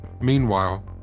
Meanwhile